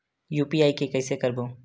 UPI के कइसे करबो?